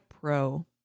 pro